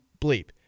bleep